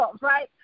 right